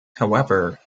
however